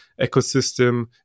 ecosystem